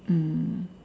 mm